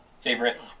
favorite